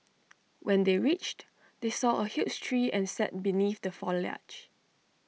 when they reached they saw A huge tree and sat beneath the foliage